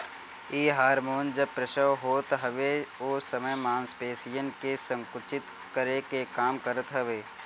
इ हार्मोन जब प्रसव होत हवे ओ समय मांसपेशियन के संकुचित करे के काम करत हवे